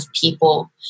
people